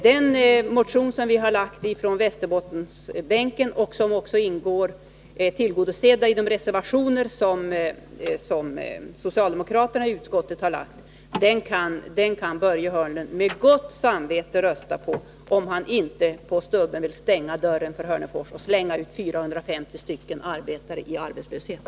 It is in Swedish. Den motion vi har lagt från Västerbottensbänken, vars krav också är tillgodosedda i de reservationer som socialdemokraterna i utskottet har fogat till betänkandet, kan Börje Hörnlund med gott samvete rösta på — om han inte omedelbart vill stänga dörren för Hörnefors och slänga ut 450 arbetare i arbetslöshet.